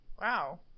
Wow